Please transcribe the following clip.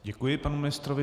Děkuji panu ministrovi.